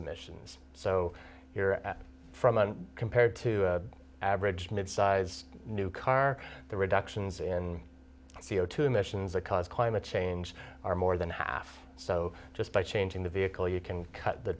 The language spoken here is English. emissions so you're at from one compared to average midsized new car the reductions in c o two emissions that cause climate change are more than half so just by changing the vehicle you can cut the